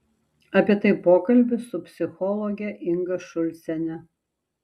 apie tai pokalbis su psichologe inga šulciene